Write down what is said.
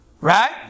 Right